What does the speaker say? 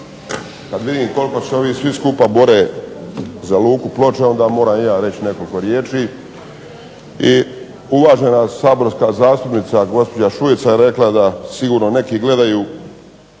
Kada vidim koliko se ovi svi skupa bore za Luku Ploče, onda moram i ja reći nekoliko riječi. I uvažena saborska zastupnica gospođa Šuica je rekla da sigurno neki gledaju